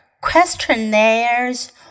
questionnaires